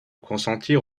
consentir